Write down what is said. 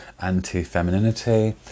anti-femininity